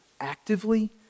actively